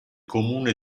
comune